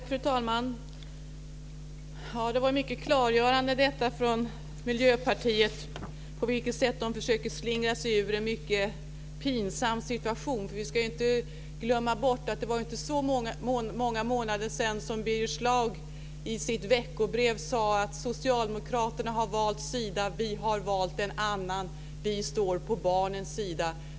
Fru talman! Det var mycket klargörande att höra hur Miljöpartiet på detta sätt försöker slingra sig ur en mycket pinsam situation. Vi ska inte glömma bort att Birger Schlaug för inte så många månader sedan i sitt veckobrev sade: Socialdemokraterna har valt sida. Vi har valt en annan. Vi står på barnens sida.